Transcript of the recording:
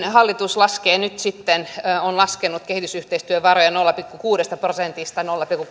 hallitus on laskenut nyt sitten kehitysyhteistyövaroja nolla pilkku kuudesta prosentista nolla pilkku